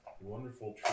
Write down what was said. wonderful